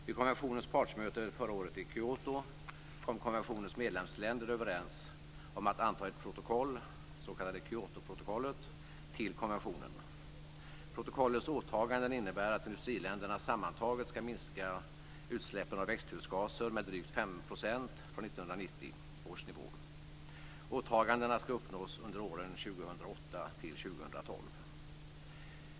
Vid konventionens partsmöte förra året i Kyoto kom konventionens medlemsländer överens om att anta ett protokoll, det s.k. Kyotoprotokollet, till konventionen. Protokollets åtaganden innebär att industriländerna sammantaget skall minska utsläppen av växthusgaser med drygt 5 % från 1990 års nivå. Åtagandena skall uppnås under åren 2008-2012.